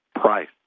price